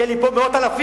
יהיו לי פה מאות אלפים.